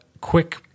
quick